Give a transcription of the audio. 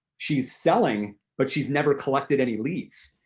she's selling but she's never collected any leads,